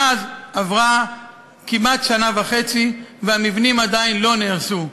מאז עברה כמעט שנה וחצי, והמבנים עדיין לא נהרסו.